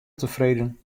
tefreden